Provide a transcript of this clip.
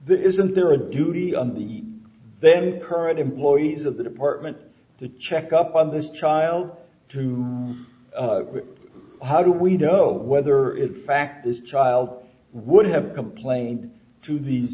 there isn't there a duty of the then current employees of the department to check up on this child to how do we know whether it fact this child would have complained to the